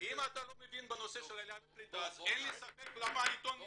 אם אתה לא מבין בנושא של עליה וקליטה אין לי ספק למה העיתון נסגר.